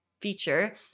Feature